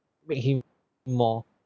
make him more